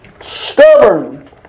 stubborn